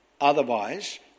Otherwise